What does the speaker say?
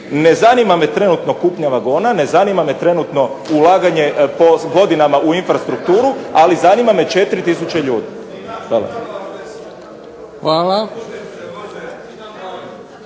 Ne zanima me trenutno kupnja vagona, ne zanima me trenutno po godinama ulaganje u infrastrukturu, ali zanima me 4 tisuće ljudi. Hvala.